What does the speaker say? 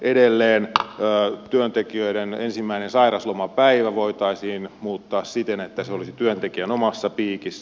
edelleen työntekijöiden ensimmäinen sairauslomapäivä voitaisiin muuttaa siten että se olisi työntekijän omassa piikissä